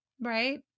Right